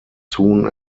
soon